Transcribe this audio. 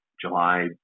July